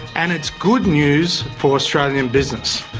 and it's good news for australian business.